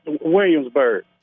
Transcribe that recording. Williamsburg